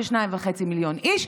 של 2.5 מיליון איש,